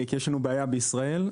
יש לנו בעיה בישראל.